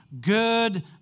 good